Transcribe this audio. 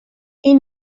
این